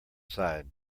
side